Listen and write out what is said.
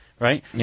Right